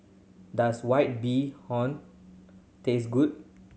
does White Bee Hoon taste good